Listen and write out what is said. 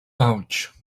ouch